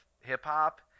hip-hop